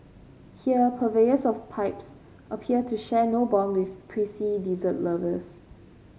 here purveyors of pipes appear to share no bond with prissy dessert lovers